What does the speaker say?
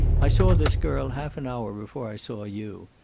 i saw this girl half an hour before i saw you.